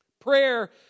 prayer